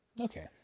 Okay